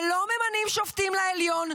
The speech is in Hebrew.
ולא ממנים שופטים לעליון,